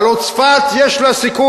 הלוא צפת, יש לה סיכוי.